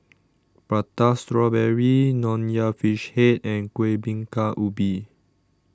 Prata Strawberry Nonya Fish Head and Kuih Bingka Ubi